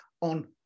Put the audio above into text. on